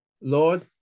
Lord